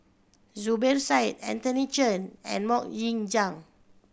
Zubir Said Anthony Chen and Mok Ying Jang